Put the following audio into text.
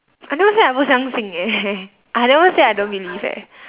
I never say I 不相信 eh I never say I don't believe eh